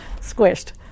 squished